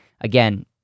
again